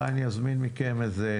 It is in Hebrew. אולי אני אזמין מכם איזה